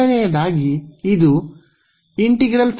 ಎರಡನೆಯದಾಗಿ ಇದು